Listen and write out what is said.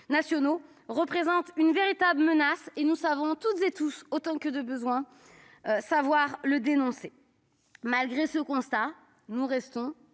nationaux, représente une véritable menace. Nous pouvons toutes et tous, en tant que de besoin, le dénoncer. Malgré ce constat, permettez-moi